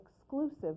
exclusive